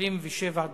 27 דקות.